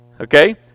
Okay